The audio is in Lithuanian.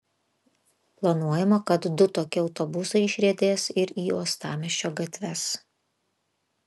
planuojama kad du tokie autobusai išriedės ir į uostamiesčio gatves